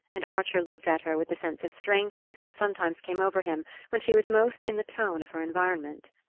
and archer looked at her with the sense of strangeness that sometimes came over him when she was most in the tone of her environment.